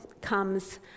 comes